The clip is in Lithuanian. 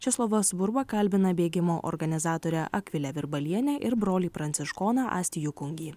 česlovas burba kalbina bėgimo organizatorę akvilę virbalienę ir brolį pranciškoną astijų kungį